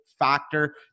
factor